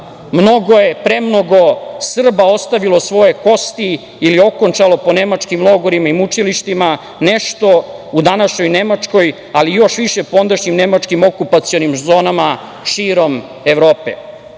mnogo je, premnogo Srba ostavilo svoje kosti ili okončalo po nemačkim logorima i mučilištima, nešto u današnjoj Nemačkoj, ali još više po ondašnjim nemačkim okupacionim zonama širom Evrope,